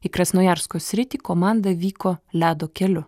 į krasnojarsko sritį komanda vyko ledo keliu